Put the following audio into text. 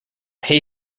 hay